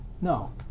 no